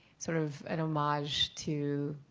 sort of an homage to